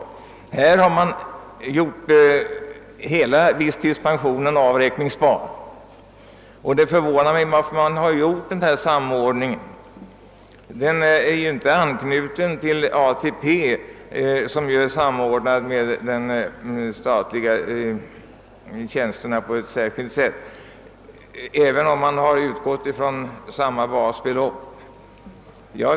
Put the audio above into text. I föreliggande förslag har man gjort hela visstidspensionen avräkningsbar. Det förvånar mig att man gjort denna samordning. Pensionen är ju inte knuten till ATP — som är samordnad med de statliga tjänsterna på ett särskilt sätt — även om man utgår från samma basbelopp.